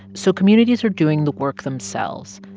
so communities are doing the work themselves,